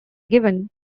given